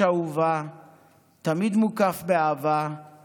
יש אהובה / תמיד מוקף באהבה /